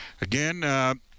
Again